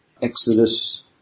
Exodus